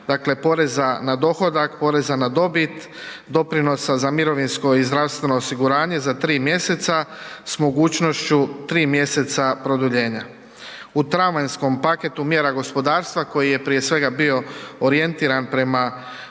dakle poreza na dohodak, poreza na dobit, doprinosa za mirovinsko i zdravstveno osiguranje za 3 mjeseca s mogućnošću 3 mjeseca produljenja. U travanjskom paketu mjera gospodarstva koji je prije svega bio orijentiran prema